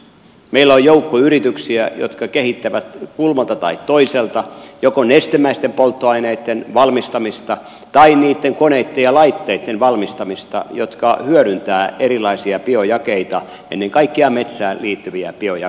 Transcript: meillä on joukko yrityksiä jotka kehittävät kulmalta tai toiselta joko nestemäisten polttoaineitten valmistamista tai niitten koneitten ja laitteitten valmistamista jotka hyödyntävät erilaisia biojakeita ennen kaikkea metsään liittyviä biojakeita